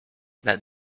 that